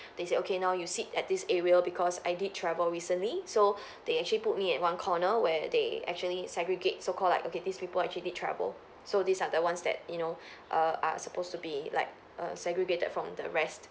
they said okay now you sit at this area because I did travel recently so they actually put me at one corner where they actually segregate so called like okay these people actually travel so these are the ones that you know err are supposed to be like err segregated from the rest